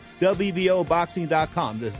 WBOboxing.com